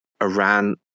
Iran